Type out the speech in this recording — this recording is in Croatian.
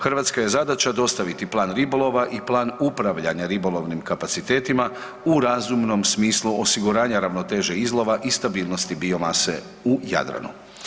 Hrvatska je zadaća dostaviti plan ribolova i plan upravljanja ribolovnim kapacitetima u razumnom smislu osiguranja ravnoteže izlova i stabilnosti biomase u Jadranu.